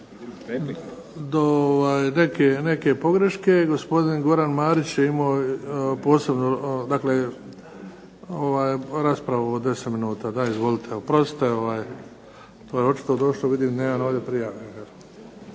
do neke pogreške. Gospodin Goran Marić je imao posebno, dakle posebnu raspravu od deset minuta. Da, izvolite. Oprostite to je očito došlo vidim nema ovdje prijave.